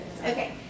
Okay